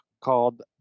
called